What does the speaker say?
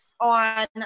on